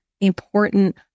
important